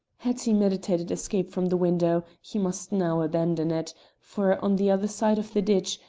had he meditated escape from the window, he must now abandon it for on the other side of the ditch,